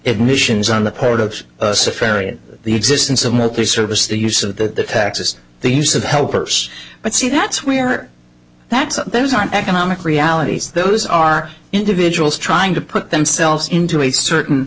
admissions on the part of the ferry and the existence of military service the use of the taxes the use of helpers but see that's where that there's an economic realities those are individuals trying to put themselves into a certain